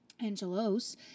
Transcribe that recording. Angelos